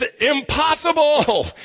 impossible